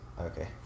Okay